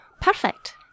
Perfect